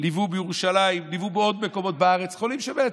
ליוו בירושלים וליוו בעוד מקומות בארץ חולים שמתו.